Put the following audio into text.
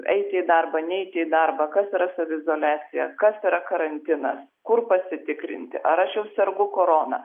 eiti į darbą neiti į darbą kas yra saviizoliacija kas yra karantinas kur pasitikrinti ar aš jau sergu korona